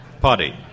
party